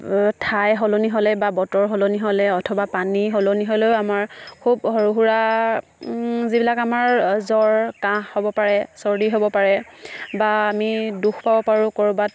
ঠাই সলনি হ'লে বা বতৰ সলনি হ'লে অথবা পানী সলনি হ'লেও আমাৰ খুব সৰু সুৰা যিবিলাক আমাৰ জ্বৰ কাঁহ হ'ব পাৰে চৰ্দি হ'ব পাৰে বা আমি দুখ পাব পাৰোঁ ক'ৰবাত